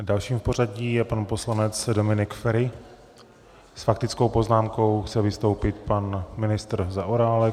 Dalším v pořadí je pan poslanec Dominik Feri, s faktickou poznámkou chce vystoupit pan ministr Zaorálek.